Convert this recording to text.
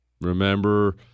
Remember